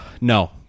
No